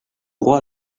droit